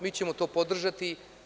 Mi ćemo to podržati.